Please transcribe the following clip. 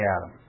Adam